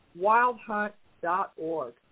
WildHunt.org